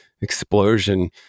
explosion